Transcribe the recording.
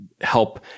help